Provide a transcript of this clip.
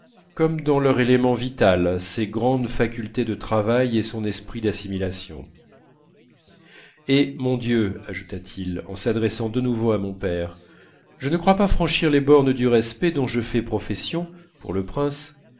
comme dans leur élément vital ses grandes facultés de travail et son esprit d'assimilation et mon dieu ajouta-t-il en s'adressant de nouveau à mon père je ne crois pas franchir les bornes du respect dont je fais profession pour le prince